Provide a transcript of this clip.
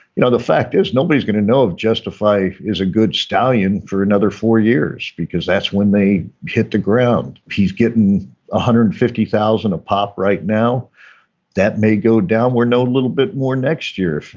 you know the fact is nobody is going to know justify is a good stallion for another four years because that's when they hit the ground. he's getting one ah hundred and fifty thousand a pop right now that may go down. we're know a little bit more next year.